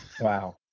Wow